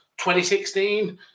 2016